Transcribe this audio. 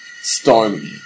stormy